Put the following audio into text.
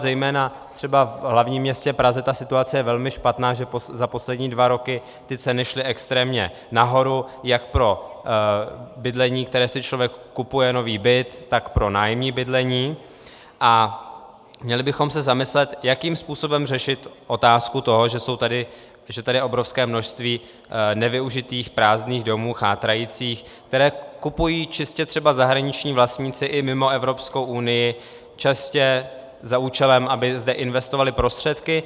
Zejména třeba v hlavním městě Praze je situace velmi špatná, protože za poslední dva roky ceny šly extrémně nahoru jak pro bydlení, které si člověk kupuje, nový byt, tak pro nájemní bydlení, a měli bychom se zamyslet, jakým způsobem řešit otázku toho, že je tady obrovské množství nevyužitých prázdných domů, chátrajících, které kupují třeba zahraniční vlastníci i mimo Evropskou unii čistě za účelem, aby zde investovali prostředky.